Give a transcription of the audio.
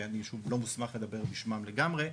אני לא מוסמך לדבר בשמם לגמרי,